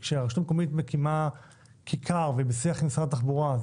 כשהרשות המקומית מקימה כיכר ובשיח עם משרד התחבורה והיא